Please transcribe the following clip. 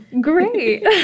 great